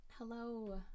Hello